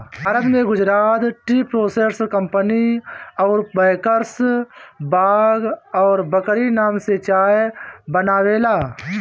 भारत में Gujarat tea processors company अउर packers Bagh और बकरी नाम से चाय बनावेला